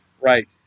Right